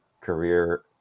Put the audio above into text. career